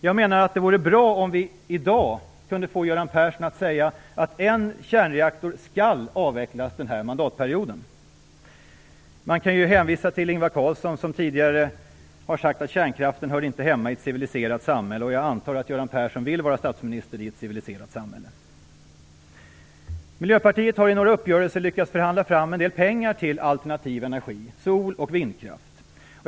Jag menar att det vore bra om vi i dag kunde få Göran Persson att säga att en kärnreaktor skall avvecklas den här mandatperioden. Man kan hänvisa till Ingvar Carlsson som tidigare har sagt att kärnkraften inte hör hemma i ett civiliserat samhälle. Jag antar att Göran Persson vill vara statsminister i ett civiliserat samhälle. Miljöpartiet har i några uppgörelser lyckats förhandla fram en del pengar till alternativ energi - soloch vindkraft.